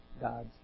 God's